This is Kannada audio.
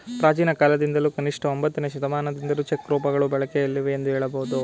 ಪ್ರಾಚೀನಕಾಲದಿಂದಲೂ ಕನಿಷ್ಠ ಒಂಬತ್ತನೇ ಶತಮಾನದಿಂದಲೂ ಚೆಕ್ ರೂಪಗಳು ಬಳಕೆಯಲ್ಲಿವೆ ಎಂದು ಹೇಳಬಹುದು